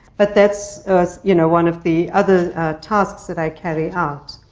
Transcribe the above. but that's you know one of the other tasks that i carry out.